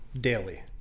daily